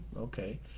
Okay